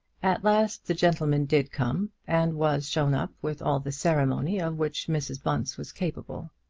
at last the gentleman did come, and was shown up with all the ceremony of which mrs. bunce was capable.